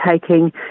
taking